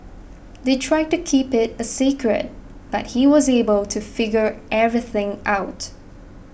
they tried to keep it a secret but he was able to figure everything out